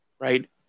right